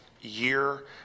year